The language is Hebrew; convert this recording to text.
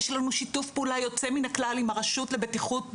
יש לנו שיתוף פעולה יוצא מן הכלל עם הרשות לבטיחות בדרכים,